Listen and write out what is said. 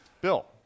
Bill